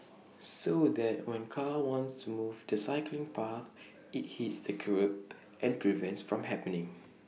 so that when car wants to move to the cycling path IT hits the kerb and prevents from happening